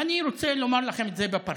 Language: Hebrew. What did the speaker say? ואני רוצה לומר לכם את זה בפרצוף,